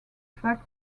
fact